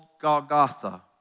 Golgotha